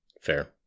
Fair